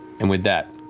and with that